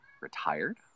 retired